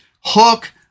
hook